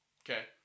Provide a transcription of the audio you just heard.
Okay